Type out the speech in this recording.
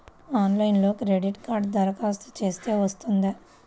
ఆన్లైన్లో క్రెడిట్ కార్డ్కి దరఖాస్తు చేస్తే వస్తుందా?